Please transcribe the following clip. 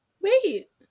Wait